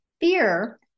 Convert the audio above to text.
Fear